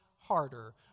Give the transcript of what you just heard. harder